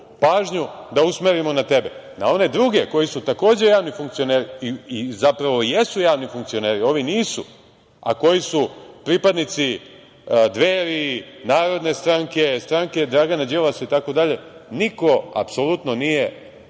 pažnju da usmerimo na tebe. Na one druge, koji su, takođe, javni funkcioneri i zapravo jesu javni funkcioneri, ovi nisu, a koji su pripadnici Dveri, Narodne stranke, stranke Dragana Đilasa itd, niko apsolutno nije